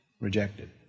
rejected